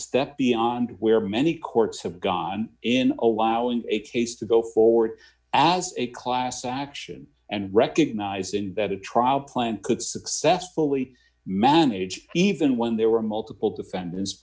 step beyond where many courts have gone in allowing a case to go forward as a class action and recognized in better trial plan could successfully manage even when there d were multiple defendants